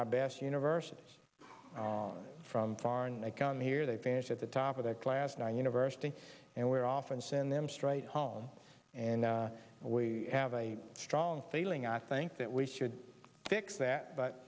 our best universities from foreign that come here they vanish at the top of their class non university and we're often send them straight home and we have a strong feeling i think that we should fix that but